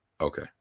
okay